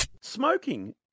Smoking